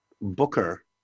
booker